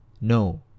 no